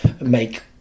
make